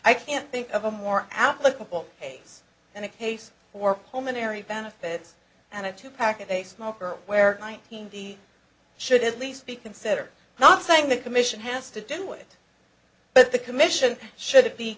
i can't think of a more applicable case than a case for pulmonary benefits and a two pack a day smoker where nineteen the should at least be consider not saying the commission has to do it but the commission should